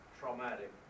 traumatic